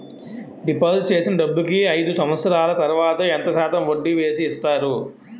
Deposit చేసిన డబ్బుకి అయిదు సంవత్సరాల తర్వాత ఎంత శాతం వడ్డీ వేసి ఇస్తారు?